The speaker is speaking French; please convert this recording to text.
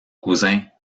cousins